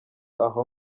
aho